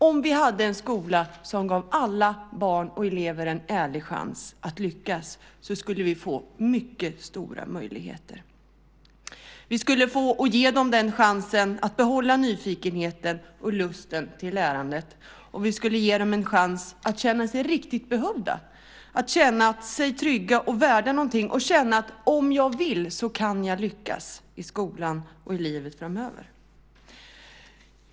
Om vi hade en skola som gav alla barn och elever en ärlig chans att lyckas skulle vi få mycket stora möjligheter. Vi skulle ge dem chansen att behålla nyfikenheten och lusten till lärandet. Vi skulle ge dem en chans att känna sig riktigt behövda, känna sig trygga och värda någonting. De skulle känna: Om jag vill kan jag lyckas i skolan och i livet framöver.